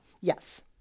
Yes